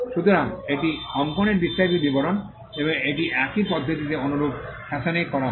সুতরাং এটি অঙ্কনের বিস্তারিত বিবরণ এবং এটি একই পদ্ধতিতে অনুরূপ ফ্যাশনে করা হয়